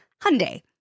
Hyundai